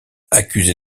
accusé